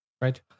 right